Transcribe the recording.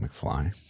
McFly